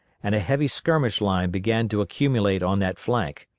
and a heavy skirmish line began to accumulate on that flank.